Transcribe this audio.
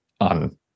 on